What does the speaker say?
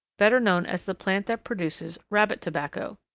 better known as the plant that produces rabbit tobacco.